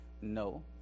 No